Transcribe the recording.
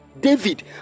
David